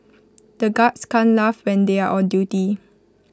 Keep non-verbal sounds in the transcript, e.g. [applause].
[noise] the guards can't laugh when they are on duty